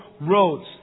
roads